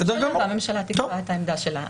והממשלה תקבע את העמדה שלה.